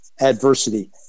adversity